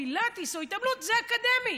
או פילאטיס, או התעמלות, זה, אקדמי.